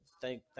Thank